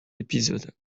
épisodes